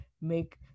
make